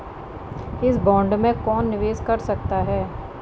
इस बॉन्ड में कौन निवेश कर सकता है?